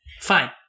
Fine